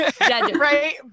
Right